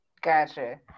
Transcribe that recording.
Gotcha